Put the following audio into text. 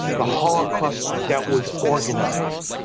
the holocaust that was organised,